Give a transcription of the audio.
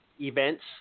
events